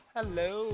Hello